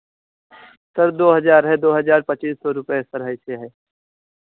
sir दो हज़ार है दो हज़ार पच्चीस सौ रुपये है सर है से है